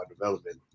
development